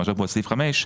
למשל כמו סעיף 5,